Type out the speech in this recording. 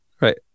Right